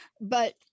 But-